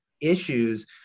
issues